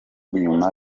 nyuma